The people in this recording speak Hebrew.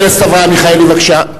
חבר הכנסת אברהם מיכאלי, בבקשה.